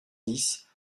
dix